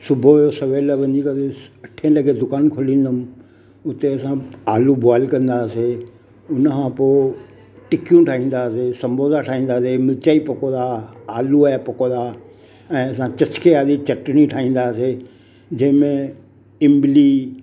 सुबुह जो सवेल वञी करे स अठें लॻे दुकान खोलींदुमि उते असां आलू बोएल कंदासीं हुन खां पोइ टिकियूं ठाईंदासिं संबोसा ठाईंदासीं मिर्चाई पकोड़ा आलूअ जा पकोड़ा ऐं चस्के वारी चटणी ठाईंदासीं जंहिं में इमली